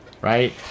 Right